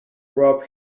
rob